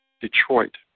Detroit